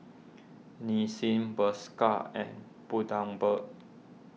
Nissin Bershka and Bundaberg